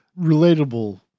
relatable